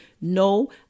No